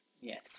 Yes